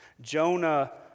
Jonah